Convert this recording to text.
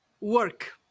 work